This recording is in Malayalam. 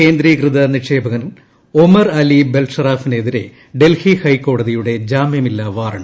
കേന്ദ്രീകൃത നിക്ഷേപകൻ ഒമർ അലി ബൽഷറാഫിന് എതിരെ ഡൽഹി ഹൈക്കോടതിയുടെ ജാമ്യമില്ലാ വാറണ്ട്